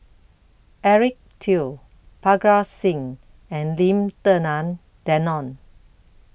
Eric Teo Parga Singh and Lim Denan Denon